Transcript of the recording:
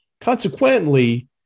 Consequently